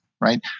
right